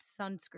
sunscreen